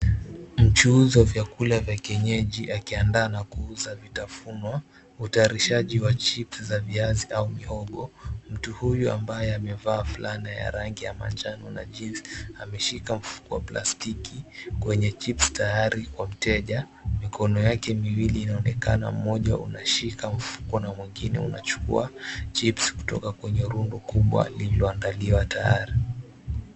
Mchuuzi wa vyakula vya kienyeji akiandaa na kuuza vitafunwa. Utayarishaji wa chips za viazi au mihogo. Mtu huyu ambaye amevaa fulana ya rangi ya manjano na jins ameshika mfuko wa plastiki kwenye chips tayari kwa mteja. Mikono yake miwili inaonekana mmoja unashika mfuko na mwingine unachukia chips kutoka rundo kubwa lililoandaliwa tayari.